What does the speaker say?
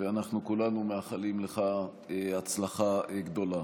אנחנו כולנו מאחלים לך הצלחה גדולה.